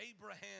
Abraham